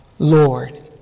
Lord